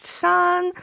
sun